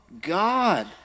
God